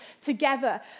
together